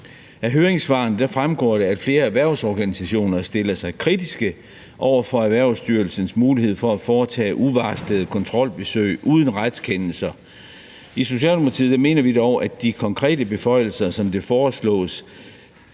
Af høringssvarene fremgår det, at flere erhvervsorganisationer stiller sig kritisk over for Erhvervsstyrelsens mulighed for at foretage uvarslede kontrolbesøg uden retskendelser. I Socialdemokratiet mener vi dog, at de konkrete beføjelser, som det foreslås